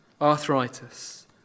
arthritis